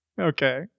Okay